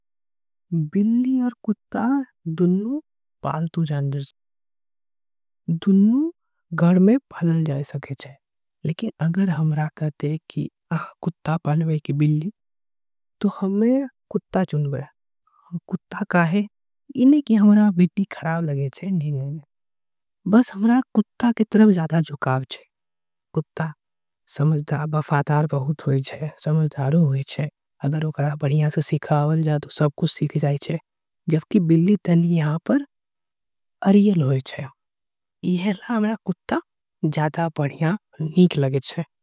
बिल्ली आऊ कुत्ता दूंनो पालतू जानवर छीये। दुनो घर में पलल जाए छीये। लेकिन अगर हमरा के कहे जाय। कि बिल्ली पालबो की कुत्ता त हमरा कुत्ता चुन बे। काहे के हमरा बिल्ली नई पसंद हमरा कुत्ता में जादा झुकाव छे। कुत्ता वफादार आऊ समझदार होय छे।